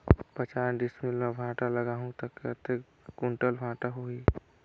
पचास डिसमिल मां भांटा लगाहूं ता कतेक कुंटल भांटा होही?